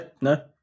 No